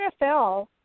NFL